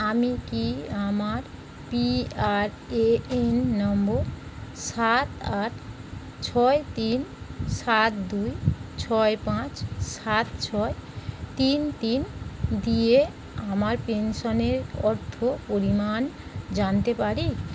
আমি কি আমার পিআরএএন নম্বর সাত আট ছয় তিন সাত দুই ছয় পাঁচ সাত ছয় তিন তিন দিয়ে আমার পেনশনের অর্থ পরিমাণ জানতে পারি